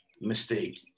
mistake